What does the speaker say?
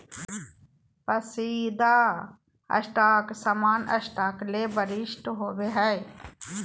पसंदीदा स्टॉक सामान्य स्टॉक ले वरिष्ठ होबो हइ